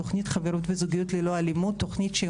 תוכנית חברות וזוגיות ללא אלימות,